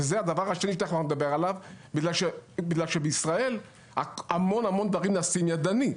וזה הדבר השני שתכננו לדבר עליו בגלל שבישראל המון דברים נעשים ידנית.